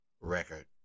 record